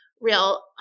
real